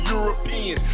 European